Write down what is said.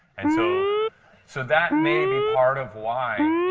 and so so that may be part of why,